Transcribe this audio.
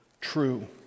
true